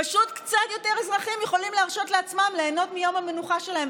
פשוט קצת יותר אזרחים יכולים להרשות לעצמם ליהנות מיום המנוחה שלהם,